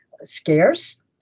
scarce